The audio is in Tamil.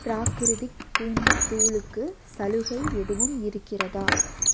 ப்ராகிரிதிக் பூண்டு தூளுக்கு சலுகை எதுவும் இருக்கிறதா